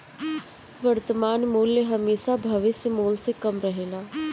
वर्तमान मूल्य हेमशा भविष्य मूल्य से कम रहेला